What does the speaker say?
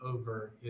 over